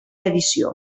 edició